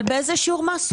אבל באיזה שיעור מס?